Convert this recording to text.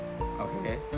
Okay